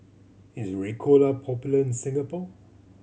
is Ricola popular in Singapore